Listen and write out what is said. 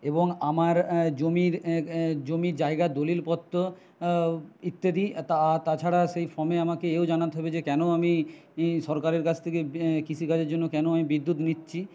এবং আমার জমির জমি জায়গার দলিলপত্র ইত্যাদি তা তাছাড়া সেই ফর্মে আমাকে এও জানাতে হবে যে কেন আমি ই সরকারের কাছ থেকে কৃষিকাজের জন্য কেন আমি বিদ্যুৎ নিচ্ছি